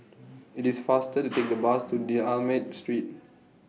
IT IS faster to Take The Bus to D'almeida Street